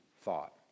thought